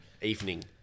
Evening